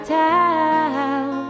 town